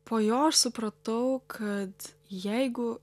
po jo aš supratau kad jeigu